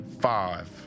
Five